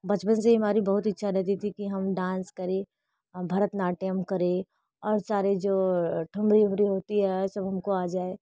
बचपन से ही हमारी बहुत इच्छा रहती थी कि हम डांस करें भरतनाट्यम करें और सारे जो ठुमरी उमरी होती है सब हम को आ जाए